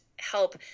help